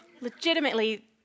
Legitimately